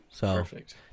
Perfect